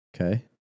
Okay